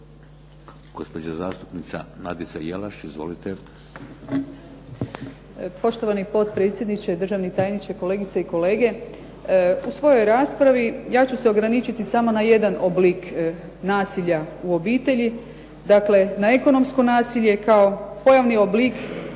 Gospođa zastupnica Nadica Jelaš. Izvolite. **Jelaš, Nadica (SDP)** Poštovani potpredsjedniče, državni tajniče, kolegice i kolege. U svojoj raspravi ja ću se ograničiti samo na jedan oblik nasilja u obitelji, dakle na ekonomsko nasilje kao pojavni oblik koji